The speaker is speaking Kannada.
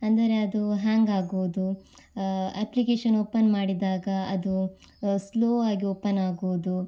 ಅಂದರೆ ಅದು ಹ್ಯಾಂಗಾಗೋದು ಅಪ್ಲಿಕೇಶನ್ ಓಪನ್ ಮಾಡಿದಾಗ ಅದು ಸ್ಲೋ ಆಗಿ ಓಪನ್ನಾಗುವುದು